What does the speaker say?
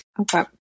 Okay